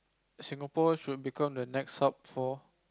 Singapore should become the next sup for